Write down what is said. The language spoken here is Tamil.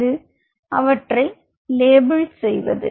அது அவற்றை லேபிள் செய்வது